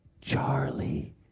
Charlie